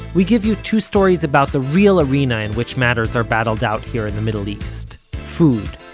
we give you two stories about the real arena in which matters are battled out here in the middle east food.